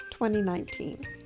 2019